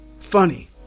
Funny